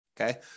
Okay